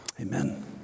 Amen